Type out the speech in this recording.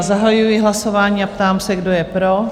Zahajuji hlasování a ptám se, kdo je pro?